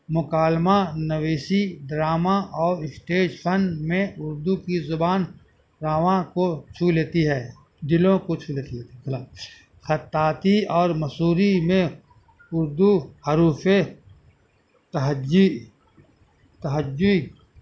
مکالمہ نویسی ڈرامہ اور اسٹیج فن میں اردو کی زبان راماں کو چھو لیتی ہے دلوں کو چھو لیتی ہے خطاطی اور مصوری میں اردو حروف تہجی تہجی